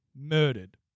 murdered